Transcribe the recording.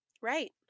Right